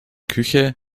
küche